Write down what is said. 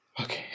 Okay